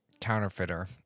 counterfeiter